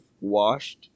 washed